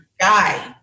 guy